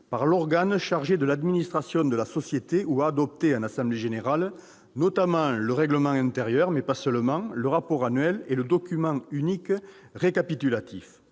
par l'organe chargé de l'administration de la société ou adoptés en assemblée générale, notamment le règlement intérieur, le rapport annuel et le document unique récapitulatif.